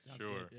Sure